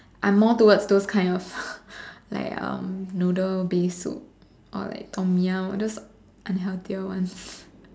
I'm more towards those kind of like um noodle based soup or like Tom-Yum or those unhealthier ones